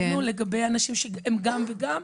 לגבי אנשים שהם גם וגם.